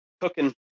cooking